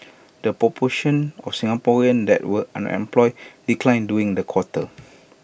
the proportion of Singaporeans that were unemployed declined during the quarter